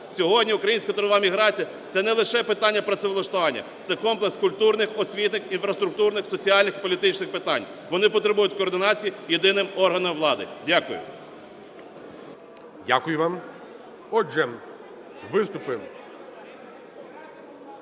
Сьогодні українська трудова міграція – це не лише питання працевлаштування, це комплекс культурних, освітніх, інфраструктурних, соціальних, політичних питань. Вони потребують координації єдиним органом влади. Дякую. 10:35:57 ГОЛОВУЮЧИЙ. Дякую вам. Отже, виступи